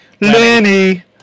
Lenny